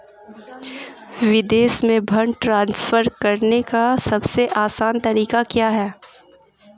विदेश में fund transfer करने का सबसे आसान तरीका क्या है?